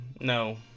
No